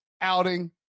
outing